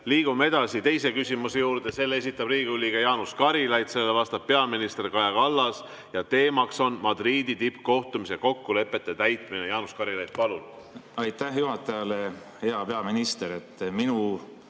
Liigume edasi teise küsimuse juurde. Selle esitab Riigikogu liige Jaanus Karilaid, sellele vastab peaminister Kaja Kallas ja teema on Madridi tippkohtumise kokkulepete täitmine. Jaanus Karilaid, palun! Aitäh juhatajale! Hea peaminister! Minu